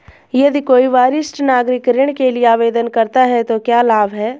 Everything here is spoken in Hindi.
यदि कोई वरिष्ठ नागरिक ऋण के लिए आवेदन करता है तो क्या लाभ हैं?